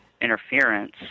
interference